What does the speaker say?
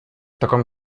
таком